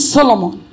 Solomon